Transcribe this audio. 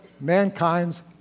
mankind's